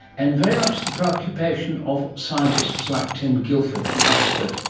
and very much the preoccupation of scientists like tim guilford from oxford.